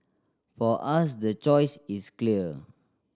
for us the choice is clear